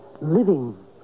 living